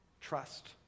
trust